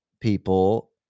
people